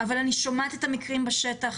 אבל אני שומעת את המקרים בשטח,